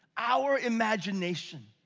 our imagination,